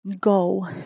go